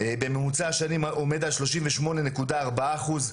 בממוצע השנים עומד על 38.4 אחוז.